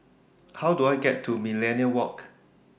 How Do I get to Millenia Walk